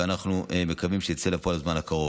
ואנחנו מקווים שזה יצא לפועל בזמן הקרוב.